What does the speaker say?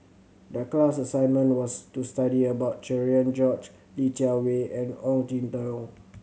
the class assignment was to study about Cherian George Li Jiawei and Ong Jin Teong